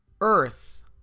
Earth